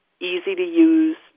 easy-to-use